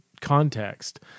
context